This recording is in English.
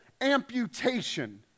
amputation